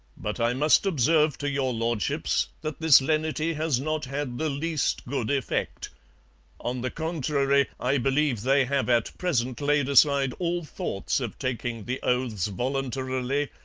but i must observe to your lordships that this lenity has not had the least good effect on the contrary, i believe they have at present laid aside all thoughts of taking the oaths voluntarily,